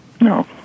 No